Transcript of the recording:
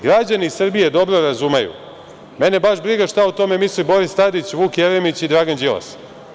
Građani Srbije dobro razumeju, mene baš briga šta o tome misli Boris Tadić, Vuk Jeremić i Dragan Đilas.